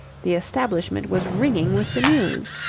the establishment was ringing with the news.